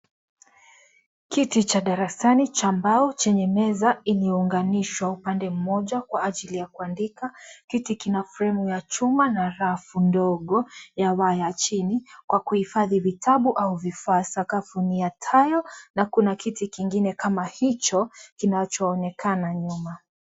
Kiti cha darasani cha mbao chenye meza iliyounganishwa upande mmoja kwa ajili ya kuandika. Kiti kina fremu ya chuma na rafu ndogo ya chini kwa kuifadhi vitabu au vifaa. Sakafu ni ya Tile na kuna kiti kingine kama hicho kinachoonekana nyuma.